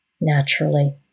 naturally